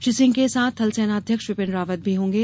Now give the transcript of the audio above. श्री सिंह के साथ थल सेना अध्यक्ष विपिन रावत भी रहेंगे